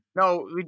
No